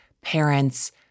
parents